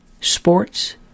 sports